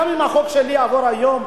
גם אם החוק שלי יעבור היום,